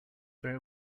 very